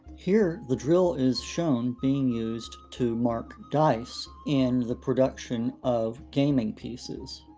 here the drill is shown being used to mark dice in the production of gaming pieces.